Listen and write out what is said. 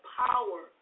power